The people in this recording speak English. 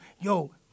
Yo